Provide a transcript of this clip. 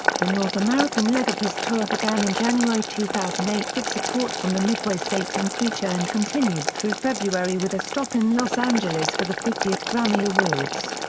the north american leg of his tour began in january two thousand and eight with support from the midway state and creature and continued through february with a stop in los angeles for the fiftieth grammy awards.